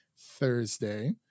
thursday